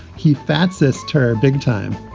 he fancies turn big time.